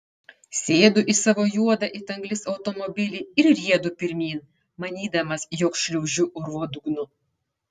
sėdu į savo juodą it anglis automobilį ir riedu pirmyn manydamas jog šliaužiu urvo dugnu